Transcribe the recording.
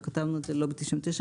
וכתבנו את זה ללובי 99,